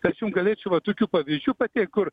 tai aš jum galėčiauva tokių pavyzdžių pateikt kur